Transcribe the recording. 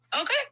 Okay